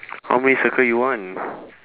how many circle you want